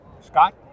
Scott